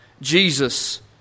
Jesus